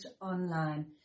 Online